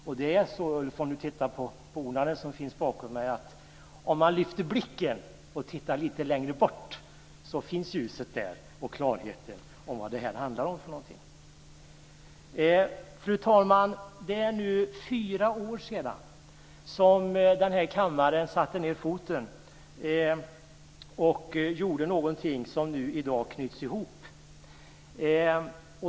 Om Ulf Nilsson tittar på bonaden, som finns bakom mig, så förstår han att om man lyfter blicken och tittar lite längre bort så ser man ljuset och klarheten när det gäller vad det här handlar om. Fru talman! Det är nu fyra år sedan den här kammaren satte ned foten och gjorde någonting som i dag knyts ihop.